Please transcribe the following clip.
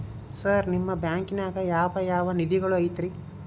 Sir ನಿಮ್ಮ ಬ್ಯಾಂಕನಾಗ ಯಾವ್ ಯಾವ ನಿಧಿಗಳು ಐತ್ರಿ?